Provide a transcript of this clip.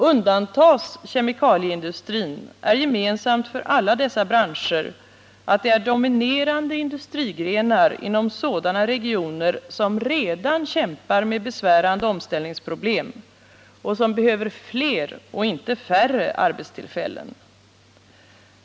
Undantas kemikalieindustrin är gemensamt för alla dessa branscher ati de är dominerande industrigrenar inom sådana regioner som redan kämpar med besvärande omställningsproblem och som behöver fler och inte färre arbetstillfällen.